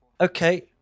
okay